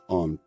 on